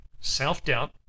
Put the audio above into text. Self-doubt